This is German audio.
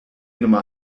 nummer